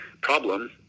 problem